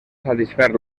satisfer